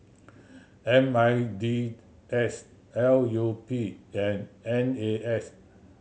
M I N D S L U P and N A S